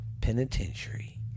Penitentiary